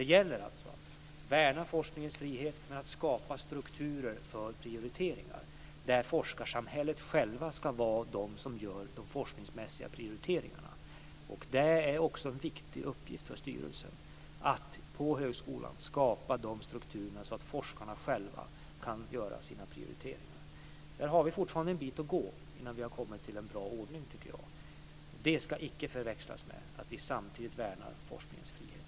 Det gäller att värna forskningens frihet och att skapa strukturer för prioriteringar där forskarsamhället självt ska göra de forskningsmässiga prioriteringarna. Det är en viktig uppgift för styrelsen att på högskolan skapa strukturer så att forskarna själva kan göra sina prioriteringar. Där har vi fortfarande en bit att gå innan vi har kommit till en bra ordning. Det ska icke förväxlas med att vi samtidigt värnar forskningens frihet.